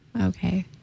Okay